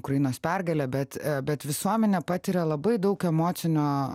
ukrainos pergale bet bet visuomenė patiria labai daug emocinio